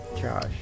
Josh